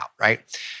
right